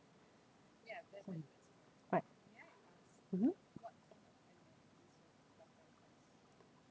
right mmhmm